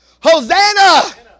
hosanna